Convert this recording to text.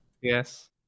Yes